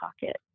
pocket